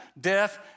death